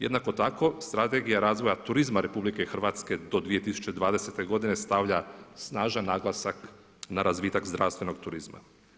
Jednako tako Strategija razvoja turizma RH do 2020. godine stavlja snažan naglasak na razvitak zdravstvenog turizma.